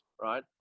right